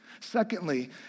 Secondly